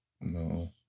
No